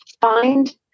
Find